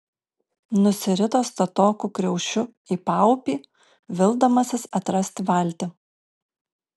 nusirito statoku kriaušiu į paupį vildamasis atrasti valtį